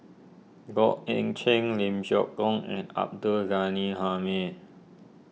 Goh Eck Lim Geok and Abdul Ghani Hamid